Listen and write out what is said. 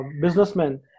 businessmen